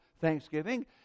thanksgiving